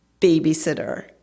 babysitter